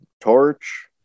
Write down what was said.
torch